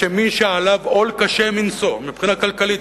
ושמי שעליו עול קשה מנשוא מבחינה כלכלית,